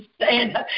stand